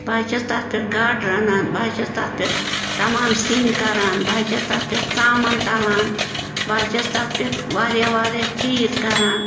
بہٕ حظ چھَس تَتھ پٮ۪ٹھ گاڈٕ رَنان بہٕ حظ چھَس تَتھ پٮ۪ٹھ تَمام سِنۍ کَران بہٕ حظ چھَس تَتھ پٮ۪ٹھ ژامَن تَلان بہٕ حظ چھَس تَتھ پٮ۪ٹھ واریاہ واریاہ چیٖز کَران